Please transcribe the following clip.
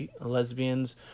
lesbians